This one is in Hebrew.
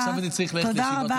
עכשיו אני צריך ללכת לישיבת ממשלה.